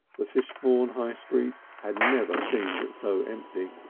the fishbourne high street had never seemed so empty.